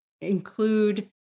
include